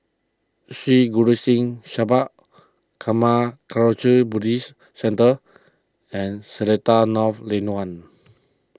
Sri Guru Singh Sabha Karma Kagyud Buddhist Centre and Seletar North Lane one